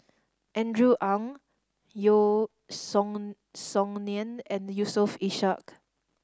Andrew Ang Yeo Song Song Nian and Yusof Ishak